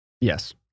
Yes